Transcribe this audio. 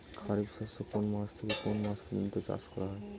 খারিফ শস্য কোন মাস থেকে কোন মাস পর্যন্ত চাষ করা হয়?